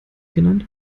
genannt